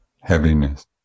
heaviness